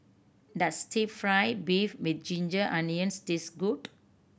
does fry beef with ginger onions taste good